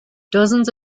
dozens